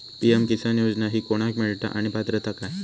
PM Kisan योजना ही कोणाक मिळता आणि पात्रता काय?